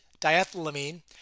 diethylamine